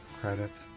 credits